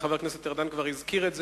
חברי חבר הכנסת גלעד ארדן כבר הזכיר את זה,